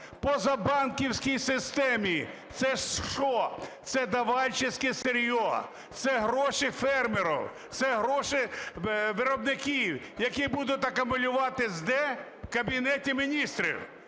позабанківський системі. Це що, це давальческое сырье, це гроші фермерів, це гроші виробників, які будуть акумулюватись де? В Кабінеті Міністрів.